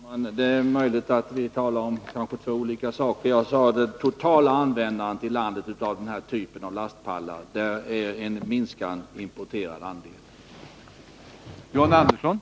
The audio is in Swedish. Herr talman! Det är möjligt att vi talar om två olika saker. Jag sade att det är en minskad importerad andel när det gäller det totala användandet i landet av denna typ av lastpallar.